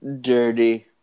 dirty